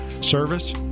Service